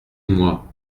moi